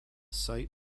site